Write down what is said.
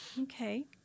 Okay